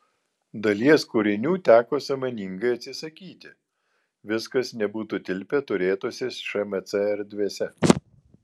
dalies kūrinių teko sąmoningai atsisakyti viskas nebūtų tilpę turėtose šmc erdvėse